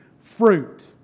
fruit